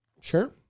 Sure